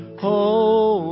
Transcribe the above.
hold